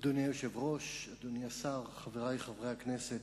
אדוני היושב-ראש, אדוני השר, חברי חברי הכנסת,